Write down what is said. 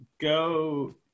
go